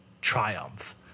triumph